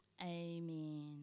Amen